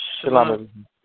shalom